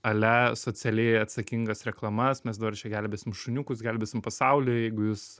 ale socialiai atsakingas reklamas mes dabar čia gelbėsim šuniukus gelbėsim pasaulį jeigu jūs